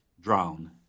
drown